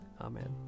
Amen